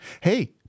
Hey